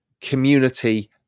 community